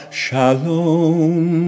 shalom